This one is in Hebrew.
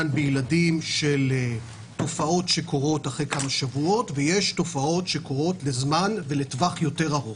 יש תופעות שקורות אחרי כמה שבועות ויש תופעות שקורות לזמן יותר ארוך.